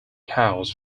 house